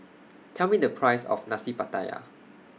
Tell Me The Price of Nasi Pattaya